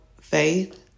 faith